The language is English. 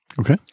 Okay